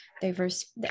diverse